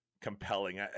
compelling